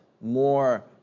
more